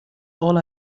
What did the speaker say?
all